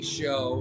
show